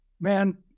man